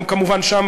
וכמובן גם שם,